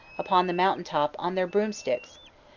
upon the mountain-top, on their broomsticks,